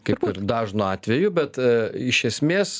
kaip ir dažnu atveju bet iš esmės